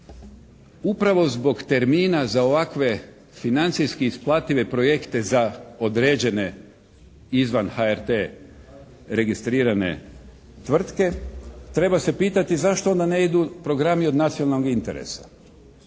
Upravo zbog termina za ovakve financijski isplative projekte za određene izvan HRT registrirane tvrtke treba se pitati zašto onda ne idu programi od nacionalnog interesa.